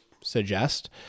suggest